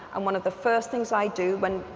and one of the first things i do when,